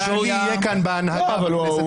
ואני אהיה כאן בהנהגת הכנסת.